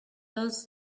does